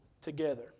together